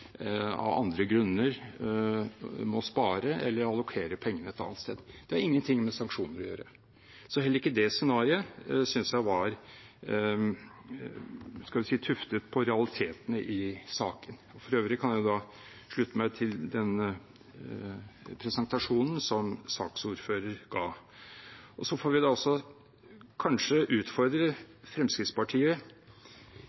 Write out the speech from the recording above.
av andre grunner må spare eller allokere pengene et annet sted. Det har ingen ting med sanksjoner å gjøre. Så heller ikke det scenarioet synes jeg var tuftet på realiteten i saken. For øvrig kan jeg slutte meg til den presentasjonen som saksordføreren ga. Vi får